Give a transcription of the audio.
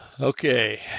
Okay